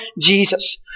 Jesus